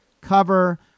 cover